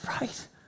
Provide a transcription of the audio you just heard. Right